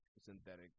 synthetic